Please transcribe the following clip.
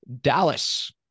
Dallas